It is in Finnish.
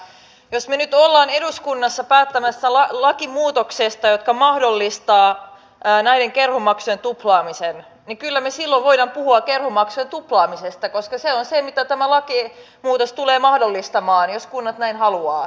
jos me nyt olemme eduskunnassa päättämässä lakimuutoksesta joka mahdollistaa näiden kerhomaksujen tuplaamisen niin kyllä me silloin voimme puhua kerhomaksujen tuplaamisesta koska se on se minkä tämä lakimuutos tulee mahdollistamaan jos kunnat näin haluavat